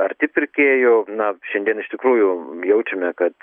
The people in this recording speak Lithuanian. arti pirkėjų na šiandien iš tikrųjų jaučiame kad